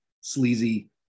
sleazy